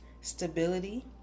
stability